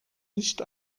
nicht